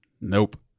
Nope